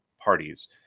parties